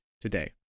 today